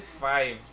five